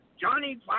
Johnny